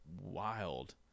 wild